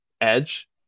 edge